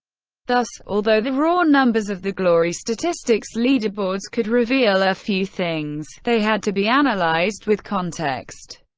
thus, although the raw numbers of the glory statistics leaderboards could reveal a few things, they had to be analyzed with context.